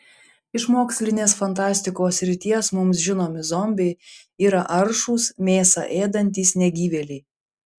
iš mokslinės fantastikos srities mums žinomi zombiai yra aršūs mėsą ėdantys negyvėliai